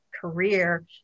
career